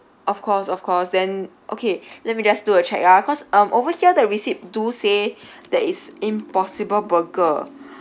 of course of course then okay let me just do a check ah cause um over here the receipt do say that is impossible burger